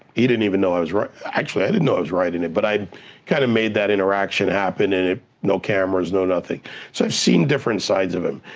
he didn't even know i was writing. actually, i didn't know i was writing it, but i kinda kind of made that interaction happen and it, no cameras, no nothing. so i've seen different sides of him.